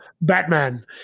Batman